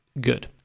good